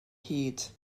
hyd